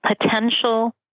potential